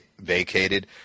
vacated